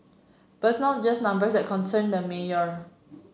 but it's not just numbers that concern the mayor